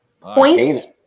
Points